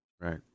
Right